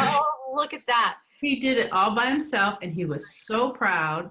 like look at that he did it all by himself and he was so proud